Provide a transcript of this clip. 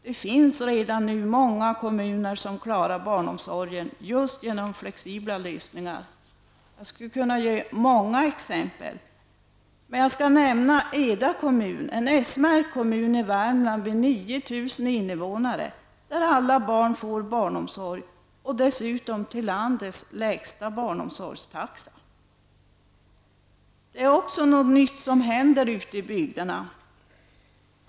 Det finns redan nu många kommuner som klarar barnomsorgen just genom flexibla lösningar. Jag skulle kunna ge många exempel på detta, men jag skall nämna Eda kommun, en s-märkt kommun i Värmland med 9 000 invånare, där alla barn får barnomsorg och där man dessutom har landets lägsta barnomsorgstaxa. Det händer också något nytt ute i bygderna.